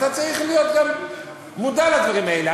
אתה צריך להיות גם מודע לדברים האלה.